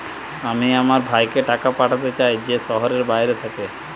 আমি আমার ভাইকে টাকা পাঠাতে চাই যে শহরের বাইরে থাকে